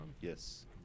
yes